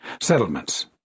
Settlements